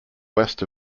west